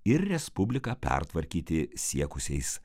ir respubliką pertvarkyti siekusiais